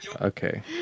okay